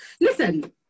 listen